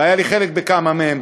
והיה לי חלק בכמה מהם,